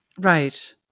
Right